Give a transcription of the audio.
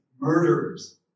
murderers